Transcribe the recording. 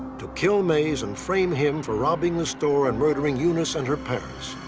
to kill mays and frame him for robbing the store and murdering eunice and her parents.